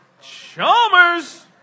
Chalmers